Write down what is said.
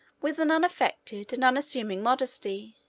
with an unaffected and unassuming modesty